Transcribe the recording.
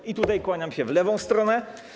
I tutaj kłaniam się w lewą stronę.